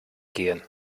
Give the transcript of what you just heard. gehen